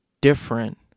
different